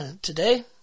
Today